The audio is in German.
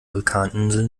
vulkaninsel